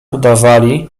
udawali